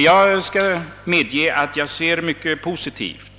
Jag vill framhålla att jag ser mycket positivt